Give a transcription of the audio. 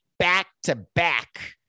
back-to-back